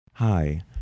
Hi